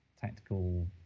tactical